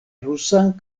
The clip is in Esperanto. rusan